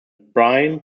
bryan